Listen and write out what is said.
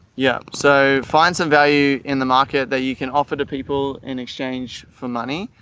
yeah. so find some value in the market that you can offer to people in exchange for money.